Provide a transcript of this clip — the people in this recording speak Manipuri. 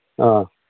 ꯑꯥ